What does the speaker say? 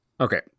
Okay